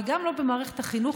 וגם במערכת החינוך,